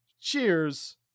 Cheers